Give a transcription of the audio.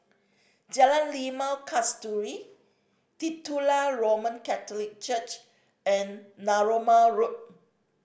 Jalan Limau Kasturi Titular Roman Catholic Church and Narooma Road